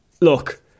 look